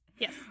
Yes